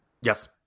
Yes